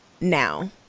now